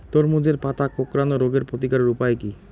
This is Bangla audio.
তরমুজের পাতা কোঁকড়ানো রোগের প্রতিকারের উপায় কী?